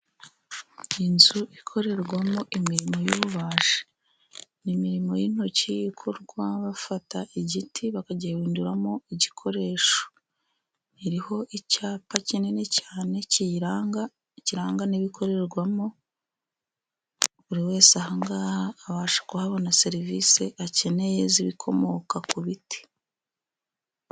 Inzu ikorerwamo imirimo y'ububaji, ni imirimo y'intoki, ikorwa bafata igiti bakagihinduramo igikoresho, iriho icyapa kinini cyane kiyiranga, kiranga n'ibikorerwamo, buri wese ahangaha abasha kuhabona serivisi akeneye z'ibikomoka ku biti.